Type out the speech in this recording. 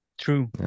true